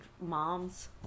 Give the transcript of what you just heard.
moms